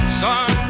son